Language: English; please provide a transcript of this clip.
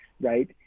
right